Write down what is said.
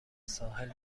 ساحل